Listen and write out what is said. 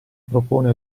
propone